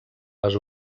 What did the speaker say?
les